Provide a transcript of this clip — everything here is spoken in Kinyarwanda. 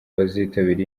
bazitabira